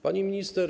Pani Minister!